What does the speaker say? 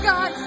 God